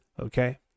Okay